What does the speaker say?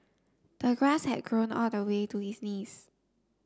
the grass had grown all the way to his knees